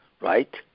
right